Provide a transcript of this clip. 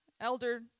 Elder